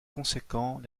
conséquent